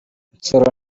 nsoro